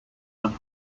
and